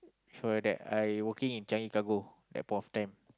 for your dad I working in Changi cargo that point of time